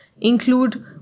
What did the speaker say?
include